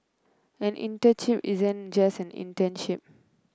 an internship isn't just an internship